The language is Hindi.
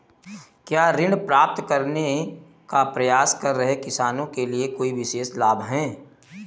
क्या ऋण प्राप्त करने का प्रयास कर रहे किसानों के लिए कोई विशेष लाभ हैं?